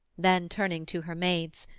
then, turning to her maids,